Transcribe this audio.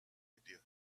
idea